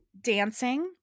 dancing